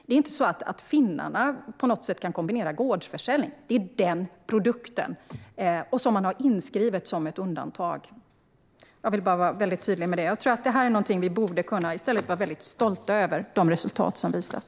Det är inte så att finnarna på något sätt kan kombinera med gårdsförsäljning, utan det är den produkten som finns inskriven som ett undantag. Jag vill vara tydlig med det. Vi borde vara mycket stolta över de resultat som visas.